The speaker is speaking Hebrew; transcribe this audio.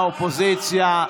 מטעם האופוזיציה,